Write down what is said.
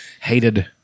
hated